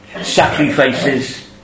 sacrifices